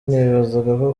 nibazaga